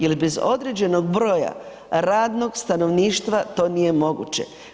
Jer bez određenog broja radnog stanovništva to nije moguće.